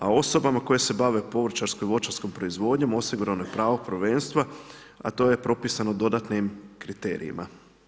A osobama koje se bave povrćarkom i voćarskom proizvodnjom, osigurano je pravo prvenstva, at o je propisano dodatnim kriterija.